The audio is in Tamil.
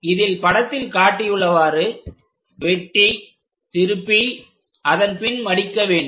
இதில் படத்தில் காட்டியுள்ளவாறு வெட்டி திருப்பி அதன் பின் மடிக்க வேண்டும்